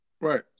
right